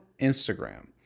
Instagram